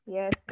Yes